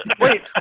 Wait